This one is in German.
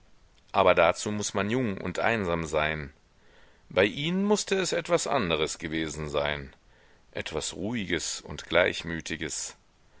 aber dazu muß man jung und einsam sein bei ihnen mußte es etwas anderes gewesen sein etwas ruhiges und gleichmütiges